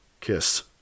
kiss